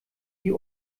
die